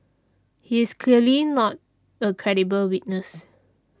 he is clearly not a credible witness